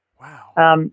Wow